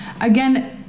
Again